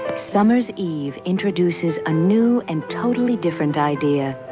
summer's even introduces a new and totally different idea.